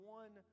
one